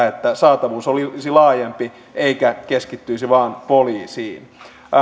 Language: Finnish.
että saatavuus olisi laajempi eikä keskittyisi vain poliisiin